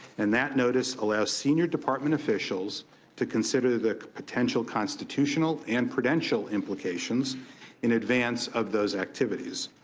and that notice allows senior department officials to consider the potential constitutional and prudential implications in advance of those activities.